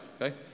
okay